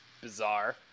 bizarre